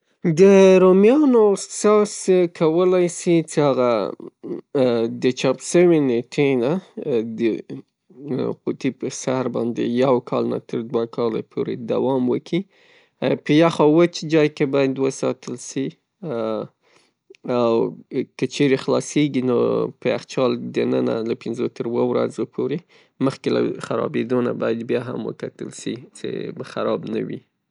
د رومیانو ساس کولای سي څې هغه د چاپ سوې نیټې نه د قوطي پر سر باندې یوکال نه تر دوه کاله پورې دوام وکي، په یخ او وچ ځای کې باید وساتل سي. که چیرې خلاصیږي د یخچال د ننه له پنځو تر اووه ورځو پورې مخکې تر خرابیدونه بیا هم باید وکتل سي څې خراب نه وي.